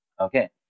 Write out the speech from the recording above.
Okay